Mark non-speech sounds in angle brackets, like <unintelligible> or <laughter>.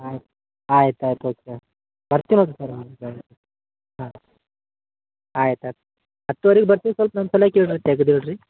ಆಯ್ತು ಆಯ್ತು ಆಯ್ತು ಓಕೆ ಬರ್ತಿನಿ <unintelligible> ಸರ್ ಹಾಂ ಆಯ್ತು ಸರ್ ಹತ್ತುವರಿಗ್ ಬರ್ತಿನಿ ಸರ್ ಸ್ವಲ್ಪ ನನ್ನ <unintelligible> ತೆಗೆದಿಡ್ರಿ